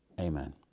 Amen